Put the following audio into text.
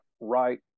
right